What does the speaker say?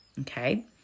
okay